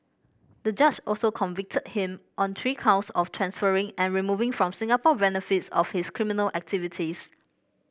the judge also convicted him on three counts of transferring and removing from Singapore benefits of his criminal activities